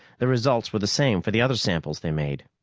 the results were the same for the other samples they made.